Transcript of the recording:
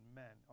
men